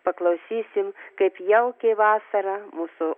paklausysim kaip jaukiai vasarą mūsų